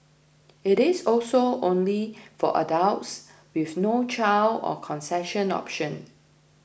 it is also only for adults with no child or concession option